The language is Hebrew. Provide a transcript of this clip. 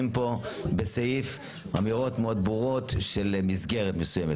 פה בסעיף אמירות מאוד ברורות של מסגרת מסוימת,